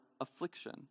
affliction